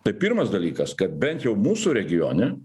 tai pirmas dalykas kad bent jau mūsų regione